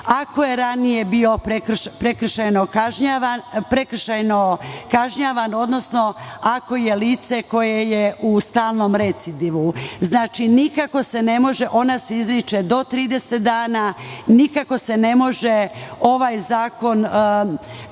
ako je ranije bio prekršajno kažnjavan, odnosno ako je lice koje je u stalnom recidivu. Znači, ona se izriče do 30 dana. Nikako se ne može ovaj zakon i